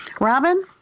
Robin